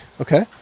Okay